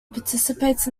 participates